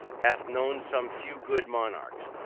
hath known some few good monarchs,